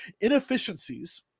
Inefficiencies